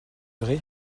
vrai